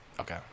Okay